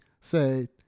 say